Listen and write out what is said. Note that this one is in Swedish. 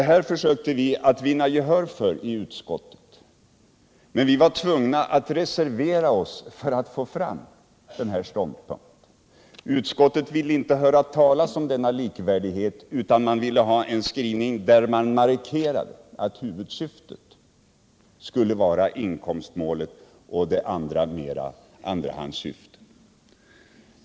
Det här försökte vi vinna gehör för i utskottet, men vi var tvungna att reservera oss för att få fram den här ståndpunkten. Utskottet ville inte höra talas om denna likvärdighet, utan man ville ha en skrivning där man markerade att huvudsyftet skulle vara inkomstmålet och det övriga mera andrahandssyften.